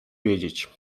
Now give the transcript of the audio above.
wiedzieć